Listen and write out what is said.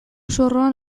zorroan